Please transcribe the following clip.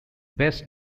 best